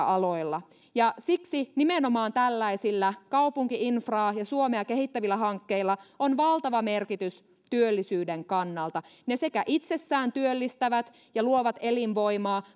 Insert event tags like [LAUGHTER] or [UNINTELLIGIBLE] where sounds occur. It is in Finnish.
[UNINTELLIGIBLE] aloilla siksi nimenomaan tällaisilla kaupunki infraa ja suomea kehittävillä hankkeilla on valtava merkitys työllisyyden kannalta ne sekä itsessään työllistävät ja luovat elinvoimaa